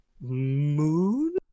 moon